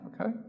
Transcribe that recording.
Okay